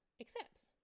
accepts